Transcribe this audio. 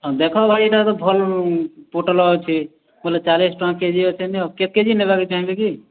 ହଁ ଦେଖ ଭାଇ ଏଇଟା ତ ଭଲ ପୋଟଳ୍ ଅଛି ବୋଇଲେ ଚାଳିଶ୍ ଟଙ୍କା କେଜି ଅଛେ ନିଅ କେତ୍ କେଜି ନେବାକେ ଚାହିଁବେ କି